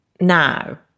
now